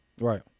Right